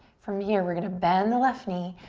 from here, we're gonna bend the left knee,